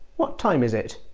what time is it